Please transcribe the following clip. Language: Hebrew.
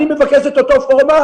אני מבקש את אותו פורמט.